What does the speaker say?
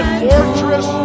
fortress